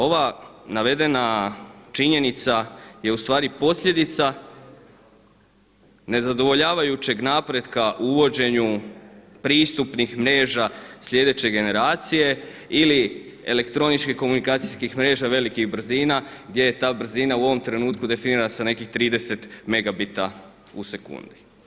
Ova navedena činjenica je u stvari posljedica nezadovoljavajućeg napretka uvođenju pristupnih mreža sljedeće generacije ili elektroničkih komunikacijskih mreža velikih brzina gdje je ta brzina u ovom trenutku definirana sa nekih 30 megabita u sekundi.